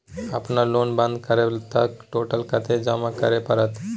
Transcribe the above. अपन लोन बंद करब त टोटल कत्ते जमा करे परत?